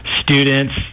students